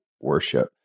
worship